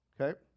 Okay